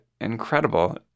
incredible